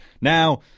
Now